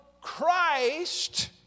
Christ